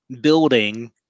building